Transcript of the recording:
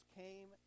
came